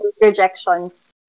rejections